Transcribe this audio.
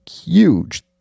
huge